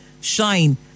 shine